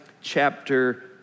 chapter